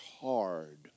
hard